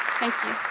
thank you.